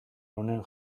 honen